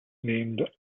named